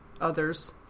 others